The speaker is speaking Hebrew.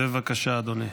בבקשה, אדוני.